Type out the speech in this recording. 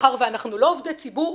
מאחר ואנחנו לא עובדי ציבור,